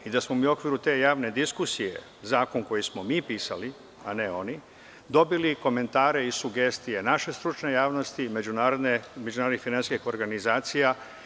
U okviru te javne diskusije za zakon koji smo mi pisali, a ne oni, dobili smo komentare i sugestije naše stručne javnosti, međunarodnih finansijskih organizacija.